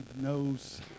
knows